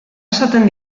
esaten